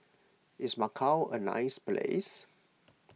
is Macau a nice place